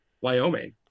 Wyoming